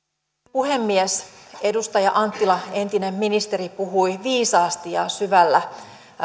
puhemies edustaja anttila entinen ministeri puhui viisaasti ja syvällä